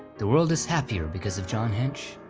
the world is happier because of john hench,